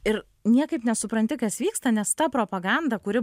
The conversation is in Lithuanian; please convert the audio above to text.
ir niekaip nesupranti kas vyksta nes ta propaganda kuri